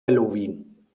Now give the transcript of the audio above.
halloween